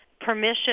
permission